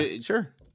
sure